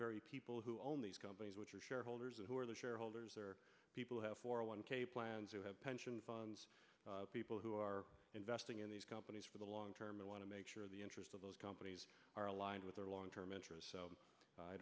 very people who own these companies which are shareholders who are the shareholders are people who have for one k plans to have pension funds people who are investing in these companies for the long term and want to make sure the interests of those companies are aligned with their long term interest